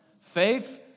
faith